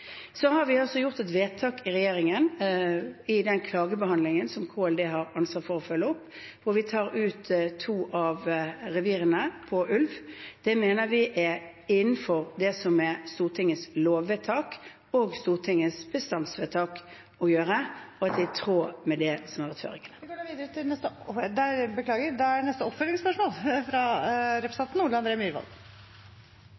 Så har vi altså gjort et vedtak i regjeringen i den klagebehandlingen som Klima- og miljødepartementet har ansvaret for å følge opp, hvor vi tar ut to av revirene for ulv. Å gjøre det mener vi er innenfor det som er Stortingets lovvedtak og Stortingets bestandsvedtak, og i tråd med det som har vært føringen. Ole André Myhrvold – til neste